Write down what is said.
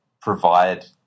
provide